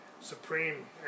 supreme